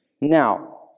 Now